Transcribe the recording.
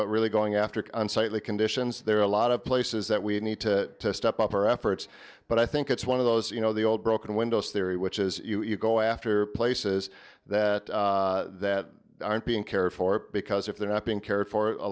but really going after unsightly conditions there are a lot of places that we need to step up our efforts but i think it's one of those you know the old broken windows theory which is you go after places that that aren't being cared for because if they're not being cared for a